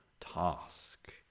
task